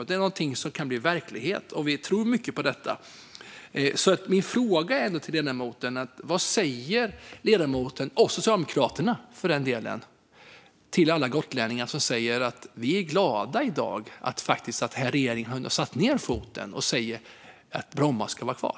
Det är någonting som kan bli verklighet, och vi tror mycket på detta. Min fråga till ledamoten är: Vad säger ledamoten och Socialdemokraterna till alla gotlänningar som säger att de i dag är glada över att denna regering har satt ned foten och sagt att Bromma flygplats ska vara kvar?